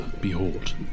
behold